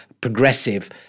progressive